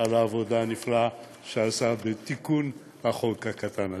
על העבודה הנפלאה שעשה בתיקון החוק הקטן הזה.